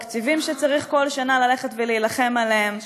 תקציבים שצריך כל שנה ללכת ולהילחם עליהם,